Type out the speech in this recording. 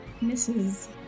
misses